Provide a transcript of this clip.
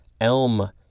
elm